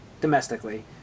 domestically